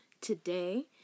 today